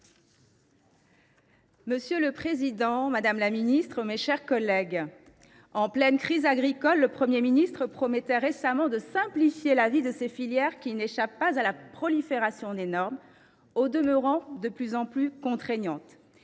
Monsieur le président, madame la ministre, mes chers collègues, en pleine crise agricole, le Premier ministre promettait récemment de simplifier la vie des filières agricoles, qui n’échappent pas à la prolifération des normes, au demeurant de plus en plus contraignantes.